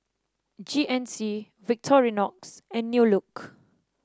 G N C Victorinox and New Look